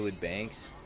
Banks